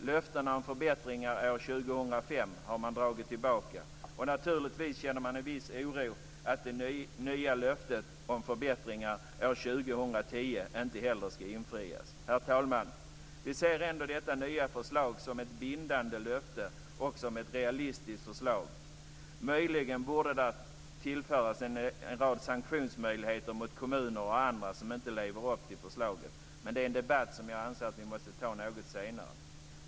Löftena om förbättringar år 2005 har man dragit tillbaka. Naturligtvis finns det en viss oro för att inte heller det nya löftet om förbättringar år 2010 ska infrias. Herr talman! Vi ser ändå detta nya förslag som ett bindande löfte och som ett realistiskt förslag. Möjligen borde det tillföras en rad sanktionsmöjligheter mot kommuner och andra som inte lever upp till förslaget, men det är en debatt som jag anser att vi måste ta något senare.